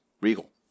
Regal